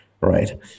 right